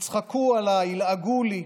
יצחקו עליי, ילעגו לי.